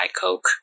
coke